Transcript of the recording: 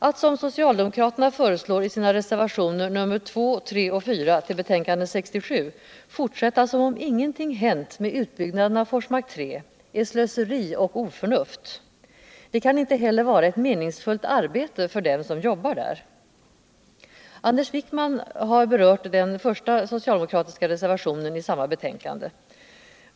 Att som socialdemokraterna föreslår i sina reservationer 2, 3 och 4 ull betänkandet nr 67 fortsätta som om ingenting hänt med utbyggnaden av Forsmark 3 är slöseri och oförnuft. Det kan inte heller vara ett meningsfullt arbete för dem som jobbar där. Anders Wiikman har berört den första socialdomokratiska reservationen i samma betänkande.